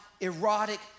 erotic